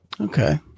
Okay